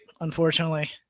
unfortunately